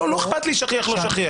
לא אכפת לי שכיח או לא שכיח.